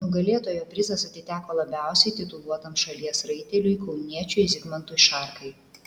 nugalėtojo prizas atiteko labiausiai tituluotam šalies raiteliui kauniečiui zigmantui šarkai